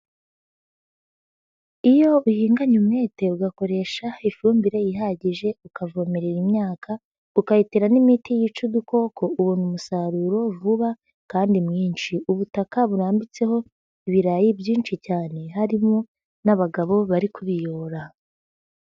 Iyo uhinganye umwete ugakoresha ifumbire ihagije, ukavomerera imyaka, ukayiteramo imiti yica udukoko ubona umusaruro vuba kandi mwinshi. Ubutaka burambitseho ibirayi byinshi cyane harimo n'abagabo bari kubiyobora.